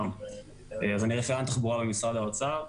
אני רפרנט תחבורה במשרד האוצר.